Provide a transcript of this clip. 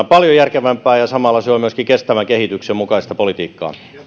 paljon järkevämpää ja samalla se on myöskin kestävän kehityksen mukaista politiikkaa